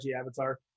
avatar